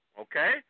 okay